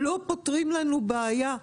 לא פותרים לנו בעיה,